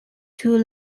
two